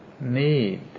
need